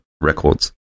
records